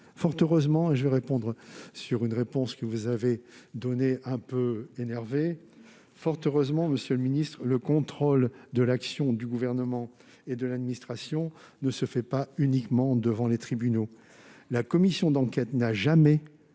Fort heureusement, et je vais rebondir sur une réponse que vous avez donnée sur un ton un peu énervé ... Je ne me suis pas énervé ! Fort heureusement, monsieur le ministre, le contrôle de l'action du Gouvernement et de l'administration ne se fait pas uniquement devant les tribunaux. La commission d'enquête n'a jamais-